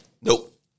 Nope